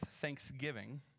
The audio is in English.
thanksgiving